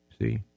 See